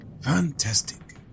fantastic